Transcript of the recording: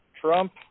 Trump